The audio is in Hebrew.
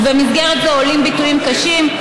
ובמסגרת זו עולים ביטויים קשים,